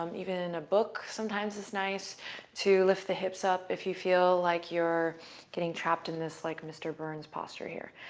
um even a book sometimes is nice to lift the hips up, if you feel like you're getting trapped in this like mr. burns posture here.